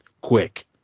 quick